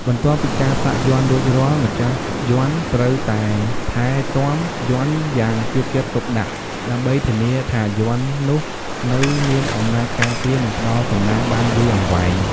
បន្ទាប់ពីការសាក់យ័ន្តរួចរាល់ ម្ចាស់យន្តត្រូវតែថែទាំ យន្តយ៉ាងយកចិត្តទុកដាក់ ដើម្បីធានាថាយន្តនោះនៅមានអំណាចការពារ និងផ្ដល់សំណាងបានយូរអង្វែង។